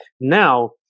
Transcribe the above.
now –